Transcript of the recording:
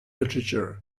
literature